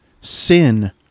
sin